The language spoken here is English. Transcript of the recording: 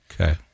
Okay